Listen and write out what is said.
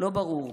לא ברור.